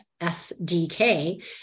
SDK